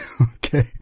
Okay